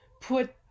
put